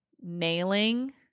nailing